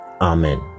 Amen